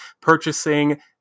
purchasing